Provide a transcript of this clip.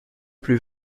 plus